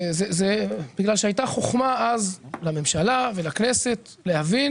זה בגלל שהייתה חוכמה אז לממשלה ולכנסת להבין